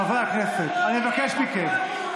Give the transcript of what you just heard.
חברי הכנסת, אני מבקש מכם.